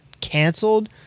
canceled